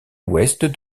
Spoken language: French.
ouest